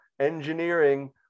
engineering